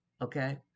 okay